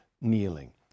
kneeling